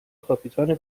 کاپیتان